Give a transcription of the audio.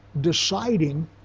deciding